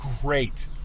great